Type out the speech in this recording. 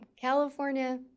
California